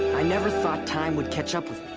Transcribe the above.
i never thought time would catch up with